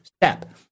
step